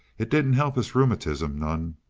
it didn't help his rheumatism none.